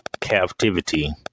captivity